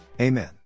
Amen